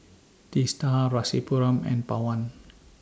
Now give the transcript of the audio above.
Teesta Rasipuram and Pawan